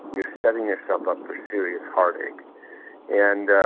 you're setting yourself up for serious heartache and